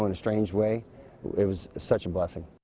and strange way it was such a blessing.